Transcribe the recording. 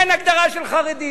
אין הגדרה של חרדי.